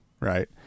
right